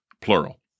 plural